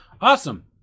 Awesome